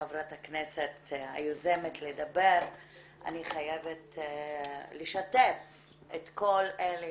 לחברת הכנסת היוזמת לדבר אני חייבת לשתף את כל אלה